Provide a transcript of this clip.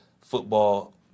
football